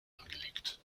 angelegt